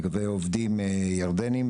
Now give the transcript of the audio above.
לגבי עובדים ירדנים.